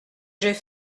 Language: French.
j’ai